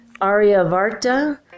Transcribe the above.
Aryavarta